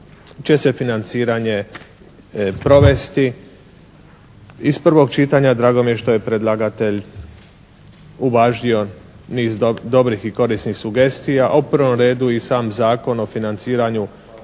će se financiranje provesti. Iz prvog čitanja drago mi je što je predlagatelj uvažio niz dobrih i korisnih sugestija, a u prvom redu i sam Zakon o financiranju